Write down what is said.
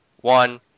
one